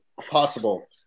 possible